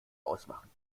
ausmachen